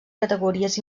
categories